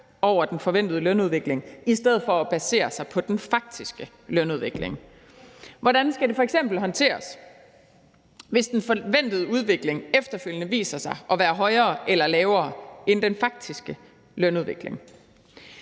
over den forventede lønudvikling i stedet for at basere den på den faktiske lønudvikling. Hvordan skal det f.eks. håndteres, hvis den forventede udvikling efterfølgende viser sig at være højere eller lavere end den faktiske lønudvikling?